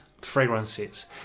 fragrances